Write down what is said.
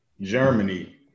germany